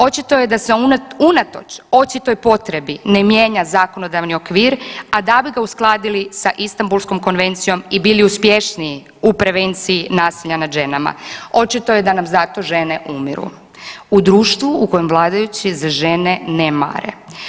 Očito je da se unatoč očitoj potrebi ne mijenja zakonodavni okvir, a da bi ga uskladili sa Istambulskom konvencijom i bili uspješniji u prevenciji nasilja nad ženama, očito je da nam zato žene umiru u društvu u kojem vladajući za žene ne mare.